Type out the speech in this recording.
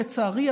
לצערי,